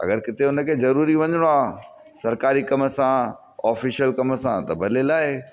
अगरि किथे उनखे जरूरी वञिणो आहे सरकारी कमु सां ऑफिशियल कमु सां त भले लाहे